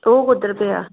ओह् कुद्धर पेआ